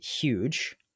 huge